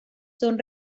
son